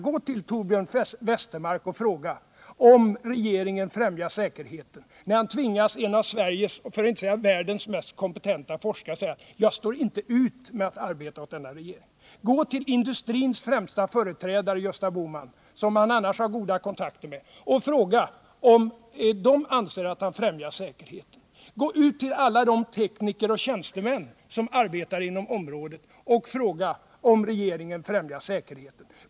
Gå till Torbjörn Westermark och fråga om regeringen främjar säkerheten när han, en av Sveriges för att inte säga världens mest kompetenta energiforskare, tvingas säga: Jag står inte ut med att arbeta åt denna regering. Gå till industrins främsta företrädare, Gösta Bohman — som ni annars har goda kontakter med — och fråga om de anser att man främjar säkerheten. Gå ut till alla de tekniker och tjänstemän som arbetar inom området och fråga om regeringen främjar säkerheten.